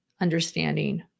understanding